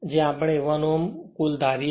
આપણે કુલ 1 Ω ધારીએ છીએ